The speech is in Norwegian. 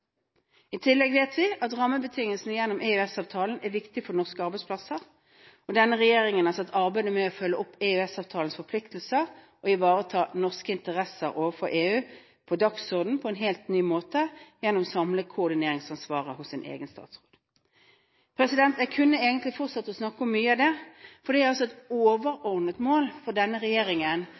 I tillegg vet vi at rammebetingelsene gjennom EØS-avtalen er viktige for norske arbeidsplasser, og denne regjeringen har satt arbeidet med å følge opp EØS-avtalens forpliktelser og ivareta norske interesser overfor EU på dagsordenen på en helt ny måte gjennom å samle koordineringsansvaret hos en egen statsråd. Jeg kunne egentlig fortsatt å snakke om mye av dette, for det er et overordnet mål for denne regjeringen